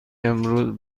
امروز